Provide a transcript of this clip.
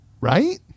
right